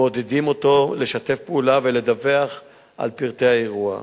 מעודדים אותו לשתף פעולה ולדווח על פרטי האירוע.